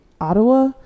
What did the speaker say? Ottawa